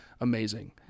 amazing